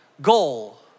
goal